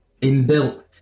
inbuilt